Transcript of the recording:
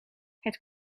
het